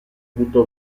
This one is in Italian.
buttò